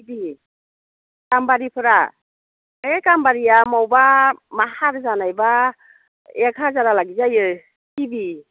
सिरि गाम्बारिफोरा एह गाम्बारिया मावबा हाजानायबा एक हाजारा लागै जायो सिबि